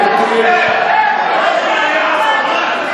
בבקשה, שלוש דקות, חבר הכנסת עודה.